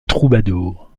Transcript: troubadours